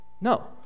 No